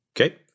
Okay